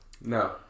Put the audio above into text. no